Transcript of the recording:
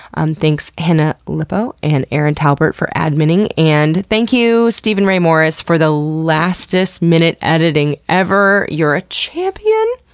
and thanks hannah lippow and erin talbert for adminning. and thank you, steven ray morris for the lastest-minute editing ever. you're a champion!